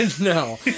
No